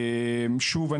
שוב,